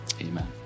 Amen